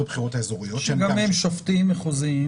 הבחירות האזוריות --- שהם שופטים מחוזיים.